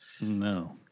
no